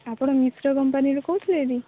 ଆପଣ ମିଶ୍ର କମ୍ପାନୀରୁ କହୁଥିଲେ କି